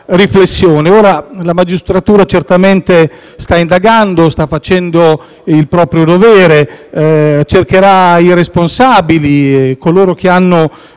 La magistratura certamente sta indagando e sta facendo il proprio dovere. Cercherà i responsabili, coloro che hanno